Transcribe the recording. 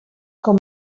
com